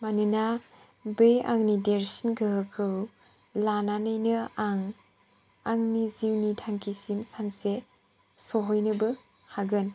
मानोना बे आंनि देरसिन गोहोखौ लानानैनो आं आंनि जिउ नि थांखिसिम सानसे सहैनोबो हागोन